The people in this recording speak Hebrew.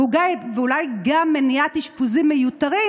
ואולי גם מניעת אשפוזים מיותרים.